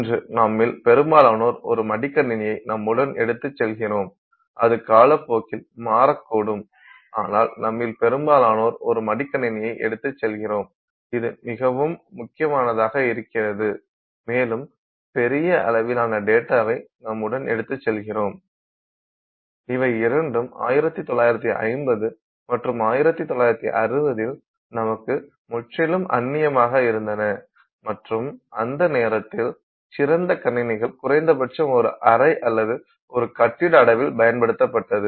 இன்று நம்மில் பெரும்பாலோர் ஒரு மடிக்கணினியை நம்முடன் எடுத்துச் செல்கிறோம் அது காலப்போக்கில் மாறக்கூடும் ஆனால் நம்மில் பெரும்பாலோர் ஒரு மடிக்கணினியை எடுத்துச் செல்கிறோம் இது மிகவும் முக்கியமானதாக இருக்கிறது மேலும் பெரிய அளவிலான டேட்டாவை நம்முடன் எடுத்துச் செல்கிறோம் இவை இரண்டும் 1950 மற்றும் 1960 ல் நமக்கு முற்றிலும் அன்னியமாக இருந்தன மற்றும் அந்த நேரத்தில் சிறந்த கணினிகள் குறைந்தபட்சம் ஒரு அறை அல்லது ஒரு கட்டிட அளவில் பயன்படுத்தப்பட்டது